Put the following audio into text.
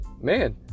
man